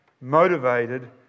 motivated